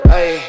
Hey